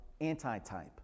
anti-type